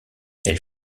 elle